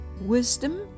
Wisdom